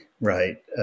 right